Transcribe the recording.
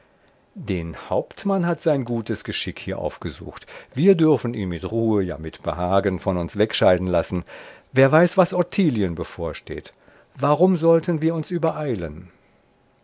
den hauptmann hat sein gutes geschick hier aufgesucht wir dürfen ihn mit ruhe ja mit behagen von uns wegscheiden lassen wer weiß was ottilien bevorsteht warum sollten wir uns übereilen